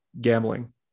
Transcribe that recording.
gambling